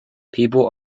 people